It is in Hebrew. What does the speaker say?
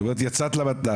את אומרת לי, יצאת למתנ"ס.